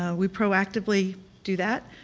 ah we proactively do that,